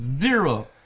Zero